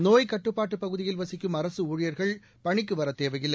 நோய்க் கட்டுப்பாட்டுப் பகுதியில் வசிக்கும் அரசு ஊழியர்கள் பணிக்கு வரத் தேவையில்லை